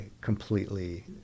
completely